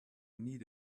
need